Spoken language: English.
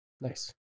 nice